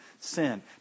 sin